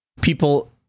people